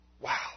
Wow